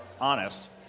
honest